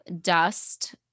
Dust